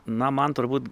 na man turbūt